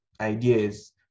Ideas